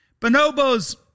Bonobos